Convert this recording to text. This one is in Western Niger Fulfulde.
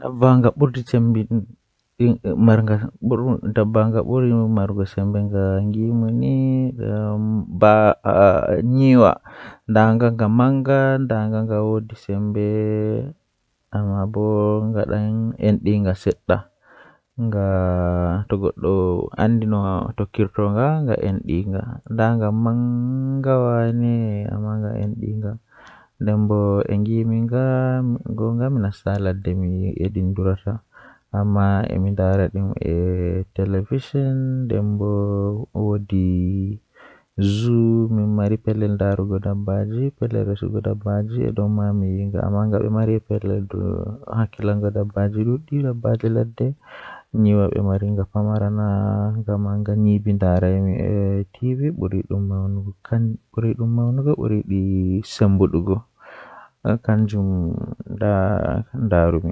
Fajjira tomi fini haa leso am mi ummi mi lalliti hunduko am mi yiiwi mi wari mi hasiti to mi hasiti mi dilla babal kuugan tomi warti be kikide mi yiiwa tomi yiwi mi waala mi siwto.